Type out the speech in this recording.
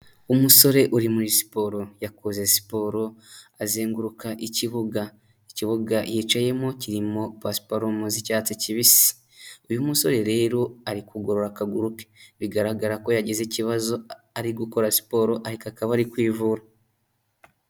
Umusore uri muri siporo yakoze siporo azenguruka ikibuga, ikibuga yicayemo kirimo basiparumu z'icyatsi kibisi, uyu musore rero ari kugorora akaguru ke bigaragara ko yagize ikibazo ari gukora siporo ariko akaba ari kwivura.